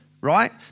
right